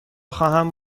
خواهم